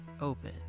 open